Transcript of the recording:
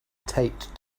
taped